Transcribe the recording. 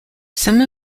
some